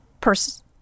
person